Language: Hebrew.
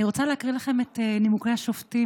אני רוצה להקריא לכם את נימוקי השופטים